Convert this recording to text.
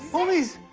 homies,